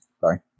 Sorry